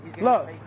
look